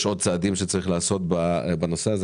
5 שקיים היום לפנסיונרים ל-0.3,